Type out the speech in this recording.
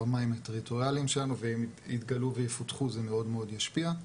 במים הטריטוריאליים שלנו ואם הם יתגלו ויפותחו זה מאוד מאוד ישפיע,